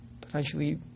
potentially